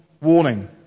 warning